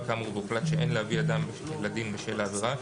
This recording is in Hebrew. כאמור והוחלט שאין להביא אדם לדין בשל העבירה,